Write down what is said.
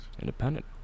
Independent